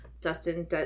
Dustin